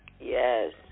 Yes